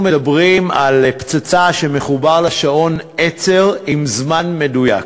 אנחנו מדברים על פצצה שמחובר לה שעון עצר עם זמן מדויק,